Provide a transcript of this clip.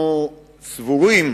אנחנו סבורים